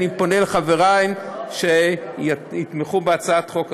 אני פונה לחברי שיתמכו בהצעת החוק הזאת.